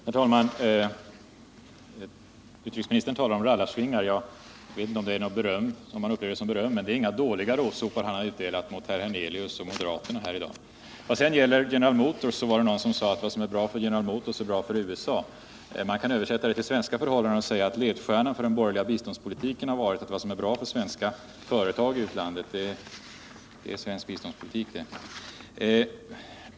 Herr talman! Utrikesministern talar om rallarsvingar. Jag vet inte om han upplever det som beröm, men det är inga dåliga råsopar han har utdelat mot herr Hernelius och moderaterna i dag. Vad gäller General Motors var det någon som sade att vad som är bra för General Motors är bra för USA. Man kan översätta det till svenska förhållanden och säga att ledstjärnan för den borgerliga biståndspolitiken har varit att vad som är bra för svenska företag i utlandet, det är svensk biståndspolitik!